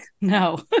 No